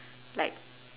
like